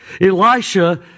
Elisha